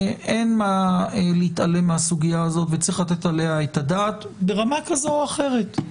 אין מה להתעלם מהסוגיה הזאת וצריך לתת עליה את הדעת ברמה כזו או אחרת.